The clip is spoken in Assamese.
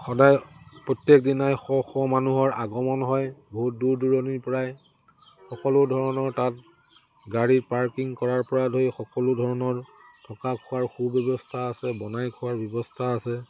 সদায় প্ৰত্যেক দিনাই শ শ মানুহৰ আগমন হয় বহুত দূৰ দূৰণিৰ পৰাই সকলো ধৰণৰ তাত গাড়ী পাৰ্কিং কৰাৰ পৰা ধৰি সকলো ধৰণৰ থকা খোৱাৰ সু ব্যৱস্থা আছে বনাই খোৱাৰ ব্যৱস্থা আছে